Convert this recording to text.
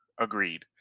Agreed